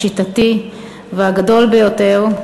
השיטתי והגדול ביותר,